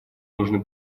нужно